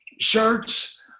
shirts